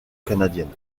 canadienne